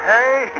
Hey